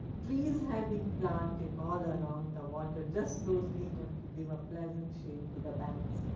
trees have been planted all around the water just closely enough to give a pleasant shade to the banks,